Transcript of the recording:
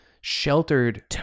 sheltered